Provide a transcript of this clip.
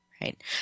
right